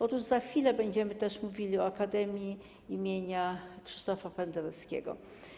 Otóż za chwilę będziemy też mówili o akademii im. Krzysztofa Pendereckiego.